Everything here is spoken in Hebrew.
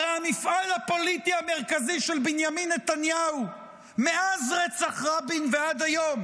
הרי המפעל הפוליטי המרכזי של בנימין נתניהו מאז רצח רבין ועד היום